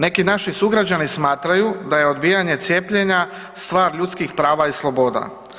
Neki naši sugrađani smatraju da je odbijanje cijepljenja stvar ljudskih prava i sloboda.